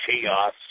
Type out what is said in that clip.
chaos